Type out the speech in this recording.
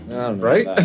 right